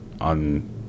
on